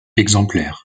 exemplaires